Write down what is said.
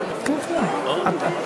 טוב, אדוני היושב-ראש, אתה